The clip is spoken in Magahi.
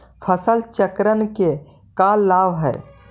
फसल चक्रण के का लाभ हई?